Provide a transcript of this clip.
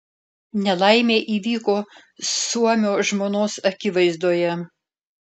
nelaimė įvyko suomio žmonos akivaizdoje